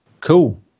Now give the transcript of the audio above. cool